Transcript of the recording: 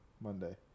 Monday